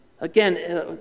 Again